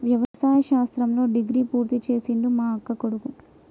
వ్యవసాయ శాస్త్రంలో డిగ్రీ పూర్తి చేసిండు మా అక్కకొడుకు